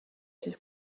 his